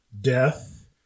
death